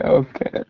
okay